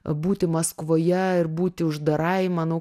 būti maskvoje ir būti uždarai manau